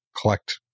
collect